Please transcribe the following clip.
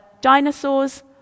dinosaurs